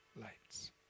lights